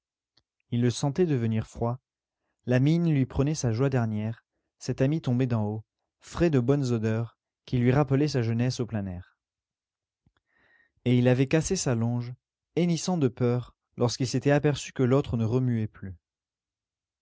il le sentait devenir froid la mine lui prenait sa joie dernière cet ami tombé d'en haut frais de bonnes odeurs qui lui rappelaient sa jeunesse au plein air et il avait cassé sa longe hennissant de peur lorsqu'il s'était aperçu que l'autre ne remuait plus